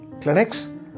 Clinics